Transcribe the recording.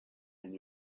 and